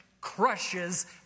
crushes